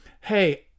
hey